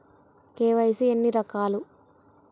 KYC ఎన్ని రకాలు?